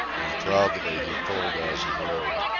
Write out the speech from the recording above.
and proudly he pulled as of old,